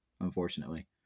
unfortunately